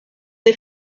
des